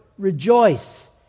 Rejoice